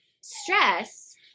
stress